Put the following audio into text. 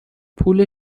پول